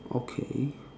okay